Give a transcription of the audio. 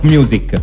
Music